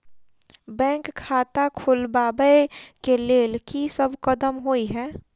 Bank खाता खोलबाबै केँ लेल की सब कदम होइ हय?